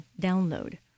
download